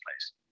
place